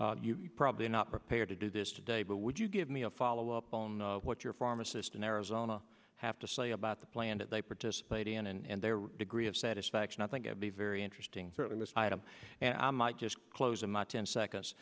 you probably are not prepared to do this today but would you give me a follow up on what your pharmacist in arizona have to say about the planned they participate in and their degree of satisfaction i think i'd be very interesting in this item and i might just close in my ten seconds